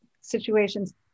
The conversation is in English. situations